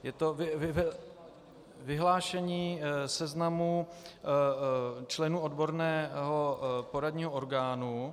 Je to vyhlášení seznamu členů odborného poradního orgánu.